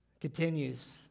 Continues